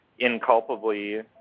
inculpably